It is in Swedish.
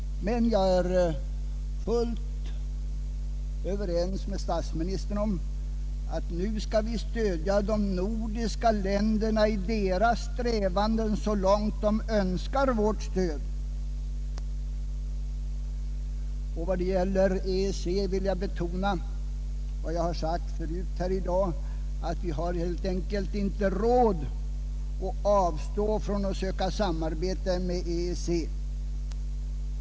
Jag är emellertid helt överens med statsministern om att vi nu skall stödja de andra nordiska länderna i deras strävanden, så långt de önskar vårt stöd. Vad gäller EEC vill jag betona vad jag sagt förut i dag: Vi har helt enkelt inte råd att avstå från att söka samarbete med EEC!